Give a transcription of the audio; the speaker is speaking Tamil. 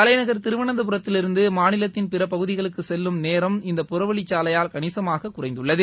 தலைநகர் திருவனந்தபுரத்தில் இருந்து மாநிலத்தின் பிற பகுதிகளுக்கு செல்லும் நேரம் இந்த புறவழி சாலையால் கணிசமாக குறைந்துள்ளது